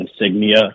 insignia